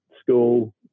school